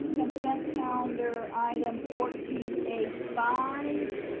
consent calendar, item fourteen a five.